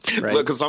Right